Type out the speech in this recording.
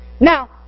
Now